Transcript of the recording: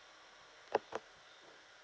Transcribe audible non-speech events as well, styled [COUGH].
[BREATH]